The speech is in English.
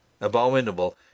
Abominable